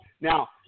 Now